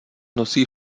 nosí